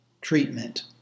treatment